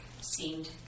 seemed